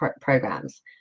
programs